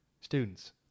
Students